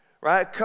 Right